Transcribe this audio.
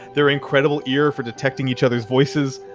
their incredible ear for detecting each others' voices,